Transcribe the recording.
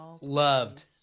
loved